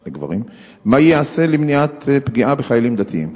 4. מה ייעשה למניעת פגיעה בחיילים דתיים?